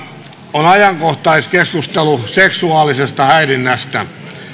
on ajankohtaiskeskustelu seksuaalisesta häirinnästä